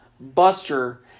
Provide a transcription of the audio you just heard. Buster